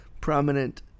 prominent